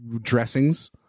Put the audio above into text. dressings